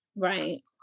Right